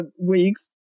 weeks